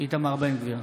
איתמר בן גביר,